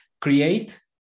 create